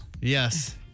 Yes